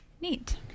Neat